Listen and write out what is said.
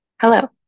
Hello